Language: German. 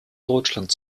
deutschland